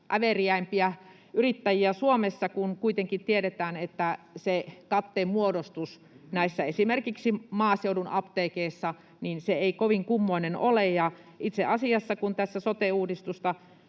äveriäimpiä yrittäjiä Suomessa, kun kuitenkin tiedetään, että se katteen muodostus esimerkiksi näissä maaseudun apteekeissa ei kovin kummoinen ole. Itse asiassa, kun tässä sote-uudistusta